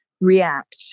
react